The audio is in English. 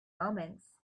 moments